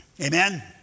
amen